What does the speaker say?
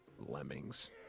lemmings